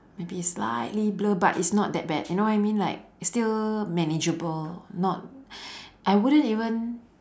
maybe slightly blur but it's not that bad you know what I mean like it's still manageable not I wouldn't even